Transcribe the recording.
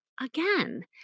again